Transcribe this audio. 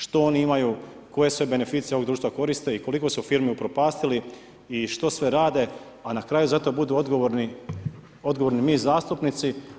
Što oni imaju, koje sve beneficije ovog društva koriste i koliko su firmi upropastili i što sve rade a na kraju zato budemo odgovorni mi zastupnici.